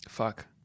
Fuck